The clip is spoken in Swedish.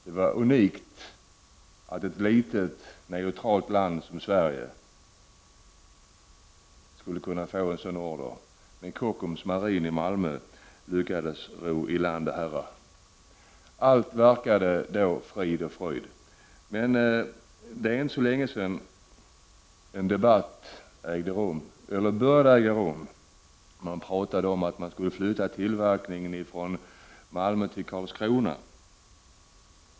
Det var unikt att ett litet neutralt land som Sverige fick en sådan order. Men Kockums Marine i Malmö lyckades ro detta i land. Allt verkade då vara frid och fröjd. Men det är inte så länge sedan det började talas om att flytta tillverkningen från Malmö till Karlskrona.